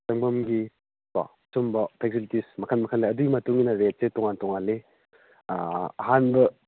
ꯆꯪꯐꯝꯒꯤ ꯀꯣ ꯁꯤꯒꯨꯝꯕ ꯐꯦꯁꯤꯂꯤꯇꯤꯁ ꯃꯈꯟ ꯃꯈꯟ ꯂꯩ ꯑꯗꯨꯒꯤ ꯃꯇꯨꯡ ꯏꯟꯅ ꯔꯦꯠꯁꯦ ꯇꯣꯡꯉꯥꯟ ꯇꯣꯡꯉꯥꯟꯂꯤ ꯑꯍꯥꯟꯕ